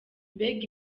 mbega